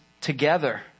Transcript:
together